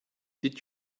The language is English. did